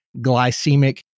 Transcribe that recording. glycemic